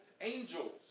angels